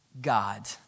God